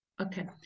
Okay